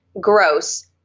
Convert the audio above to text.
gross